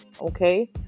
Okay